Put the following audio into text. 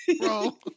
Bro